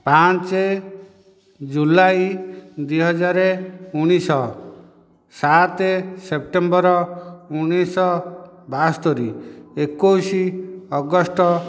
ପାଞ୍ଚ ଜୁଲାଇ ଦୁଇହଜାର ଉଣେଇଶହ ସାତ ସେପ୍ଟେମ୍ବର ଉଣେଇଶହ ବାସ୍ତରି ଏକୋଇଶ ଅଗଷ୍ଟ